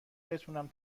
بتونم